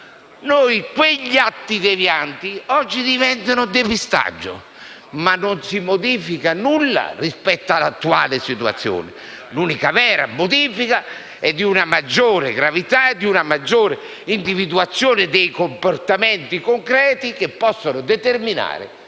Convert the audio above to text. Quegli atti devianti oggi diventano depistaggio, ma non si modifica alcunché rispetto all'attuale situazione. L'unica vera modifica riguarda la maggiore gravità e la maggiore individuazione dei comportamenti concreti che possono determinare